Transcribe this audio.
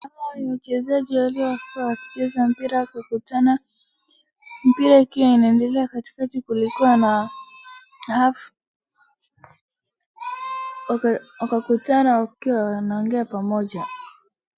Hawa ni wachezaji waliokuwa wakicheza mpira kukutana. Mpira ikiwa inaendelea katikati, kulikuwa na half . Wakakutana wakiwa wanaongea pamoja.